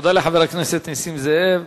תודה לחבר הכנסת נסים זאב.